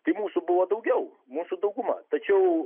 tai mūsų buvo daugiau mūsų dauguma tačiau